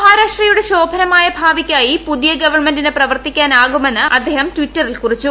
മഹാരാഷ്ട്രയുടെ ശോഭനമായ ഭാവിയ്ക്കായി പുതിയ ഗവൺമെന്റിന് പ്രവർത്തിക്കാനാകുമെന്ന് അദ്ദേഹം ട്വീറ്ററിൽ കുറിച്ചു